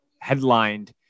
headlined